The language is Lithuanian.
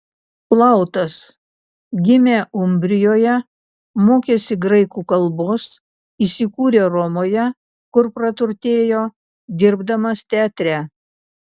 plautas gimė umbrijoje mokėsi graikų kalbos įsikūrė romoje kur praturtėjo dirbdamas teatre